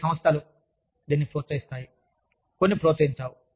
కొన్ని సంస్థలు దీనిని ప్రోత్సహిస్తాయి కొన్ని ప్రోత్సహించవు